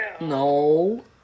No